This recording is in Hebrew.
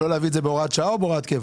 לא להביא את זה בהוראת שעה או בהוראת קבע?